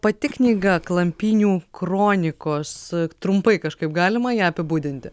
pati knyga klampynių kronikos trumpai kažkaip galima ją apibūdinti